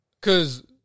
Cause